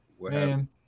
Man